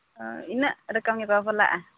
ᱚ ᱤᱱᱟᱹᱜ ᱨᱚᱠᱚᱢ ᱜᱮᱠᱚ ᱵᱟᱯᱞᱟᱜᱼᱟ